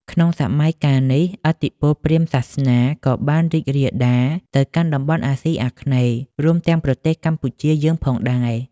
ក្នុងសម័យកាលនេះ ឥទ្ធិពលព្រាហ្មណ៍សាសនាក៏បានរីករាលដាលទៅកាន់តំបន់អាស៊ីអាគ្នេយ៍ រួមទាំងប្រទេសកម្ពុជាយើងផងដែរ។